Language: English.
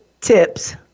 tips